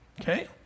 Okay